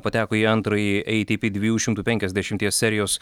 pateko į antrąjį atp dviejų šimtų pekiasdešimties serijos